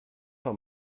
par